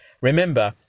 Remember